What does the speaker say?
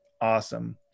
Awesome